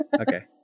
okay